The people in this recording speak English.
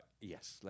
yes